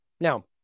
Now